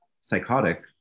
psychotic